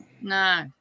No